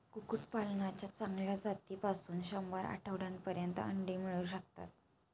कुक्कुटपालनाच्या चांगल्या जातीपासून शंभर आठवड्यांपर्यंत अंडी मिळू शकतात